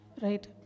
right